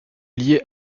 lié